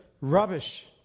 rubbish